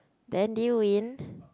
then did you win